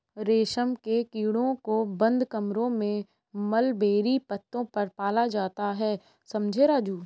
रेशम के कीड़ों को बंद कमरों में मलबेरी पत्तों पर पाला जाता है समझे राजू